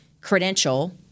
credential